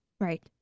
Right